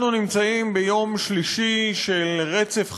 אנחנו נמצאים ביום שלישי של רצף חקיקה,